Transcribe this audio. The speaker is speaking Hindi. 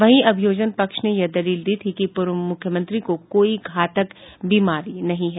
वहीं अभियोजन पक्ष ने यह दलील दी थी कि पूर्व मुख्यमंत्री को कोई घातक बीमारी नहीं है